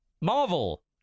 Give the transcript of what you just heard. Marvel